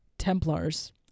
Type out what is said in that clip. templars